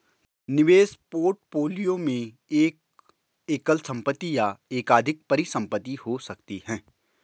निवेश पोर्टफोलियो में एक एकल संपत्ति या एकाधिक परिसंपत्तियां हो सकती हैं